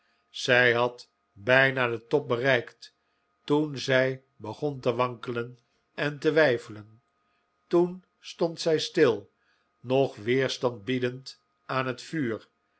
zij had bijna den top bereikt toen zij begon te wankelen en te weifelen toen stond zij stil nog weerstand biedend aan het vuur